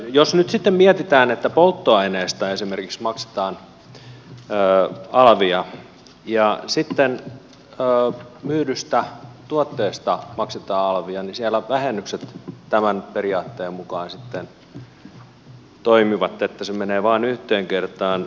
jos nyt sitten mietitään että esimerkiksi polttoaineesta maksetaan alvia ja sitten myydystä tuotteesta maksetaan alvia niin siellä vähennykset tämän periaatteen mukaan sitten toimivat että se menee vain yhteen kertaan